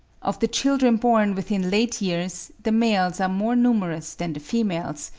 of the children born within late years, the males are more numerous than the females,